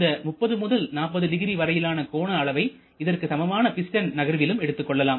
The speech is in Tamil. இந்த 30 முதல் 400 வரையிலான கோணஅளவை இதற்கு சமமான பிஸ்டன் நகர்விலும் எடுத்துக்கொள்ளலாம்